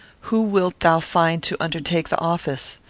who wilt thou find to undertake the office?